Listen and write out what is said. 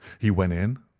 he went in,